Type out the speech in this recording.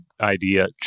idea